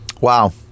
Wow